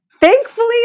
thankfully